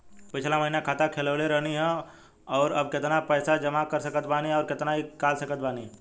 पिछला महीना खाता खोलवैले रहनी ह और अब केतना पैसा जमा कर सकत बानी आउर केतना इ कॉलसकत बानी?